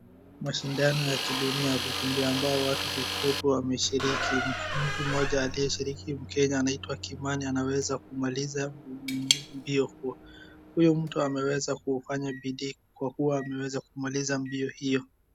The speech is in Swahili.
Mashindano ya kidunia ya kukimbia ambao watu fupi wameshiriki, mtu mmoja aliyeshiriki mkenya anaitwa Kimani anaweza kumaliza mbio huo. Huyo mtu ameweza kufanya bidii kwa kuwa ameweza kumaliza mbio hiyo.